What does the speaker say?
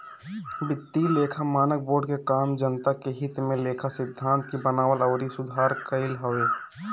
वित्तीय लेखा मानक बोर्ड के काम जनता के हित में लेखा सिद्धांत के बनावल अउरी सुधार कईल हवे